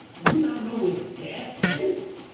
do you not know what death is?